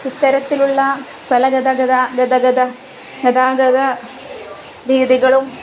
ഇത്തരത്തിലുള്ള പല ഗതാഗതരീതികളും